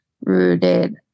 rooted